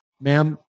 ma'am